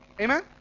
Amen